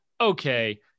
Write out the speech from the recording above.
okay